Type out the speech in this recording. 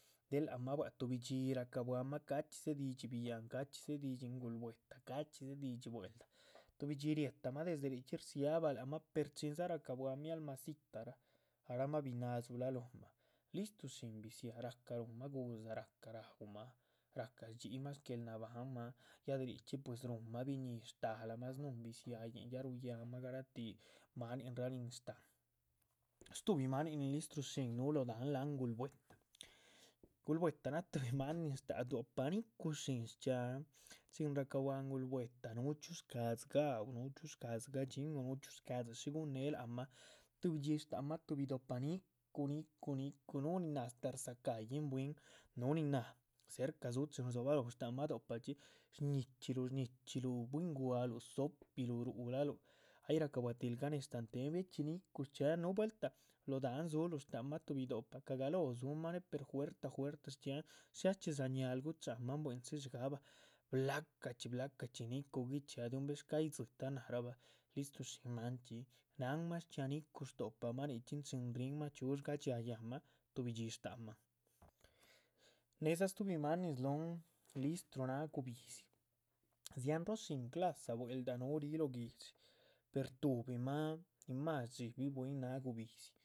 Del lác ma bua´c tuhbidxíi, racabuámah cachxí dze´di´dhxí biyáhan, cachxí dze´di´dhxí ngulbwe´ta, cachxí dze´di´dhxí bwel´da, tuhbidxí riehtamah. desde richxí rdzia´bah lácmah per chindza ra´cabuahma mialma dzitah rah ahramah bina´dzu lóhma, listrushín bi´dziah rúhunma gu´dza ra´cah raúmah. rahca rdxi´hyi mah sguéel nabáhnma ya de richxí pues rúhunma biñíi shtálama snúhun bi´dziahyin, ya r´yáhnma garatíi maaninraa nin sh´tahan, stuhbi manin. nin listrushín núhu lóh dahán láac ngulbwe´ta, ngulbwe´ta náa tuhbi maan nin stáac do´pah ni´cu shín shchxiáhan chin ra´cabuah ngulbwe´ta núhu chxíu. shca´dxi gaúmah núhu chxíu shca´dzi gadxiínn- o núh chxíu shcadxí shí guhun néh láac mah tuhbi dxí, shtáac mah, tuhbi do´pah ni´cu ni´cu núhu. nin náh astáh rdzaca´yihn bwín, núhu nin náh cerca dzú chin rdzobalóho shta´mah do´pah, shñichxíluh, shñichxíluh bwín gua´luh, dzópiluh, rúhulaluh ay. ra´cabuahtil ca´nez, shtáhan téhen, bie´chxí ni´cu shchia´han, núh vuelta lóh dahán dzúluh, shtácmah tuhbi do´pah, caagalóho dzu´mah néh per juertah. shchxíaahn del chxí sha´ ñaal gucha´man bui´n dzí dxíigahba blaca´chxí blaca´chxí ni´cu, guichxía diunvez, shcáyi dzitáhn nárahba, listru shín manchxí. náhanma shchxíaa ni´cu shto´pahma nichxí chin rinmah chxíu shdxá yáhnma tuhbidxí shta´mahn, ne´dza stuhbi maan nin slóhon listru náha gubíhzi, dziáhan róo. shín clasa bwel´da núhu ríi lóh guihdxi, per tuhbi ma nin más shdxi´bi bwín náha gubíhzi.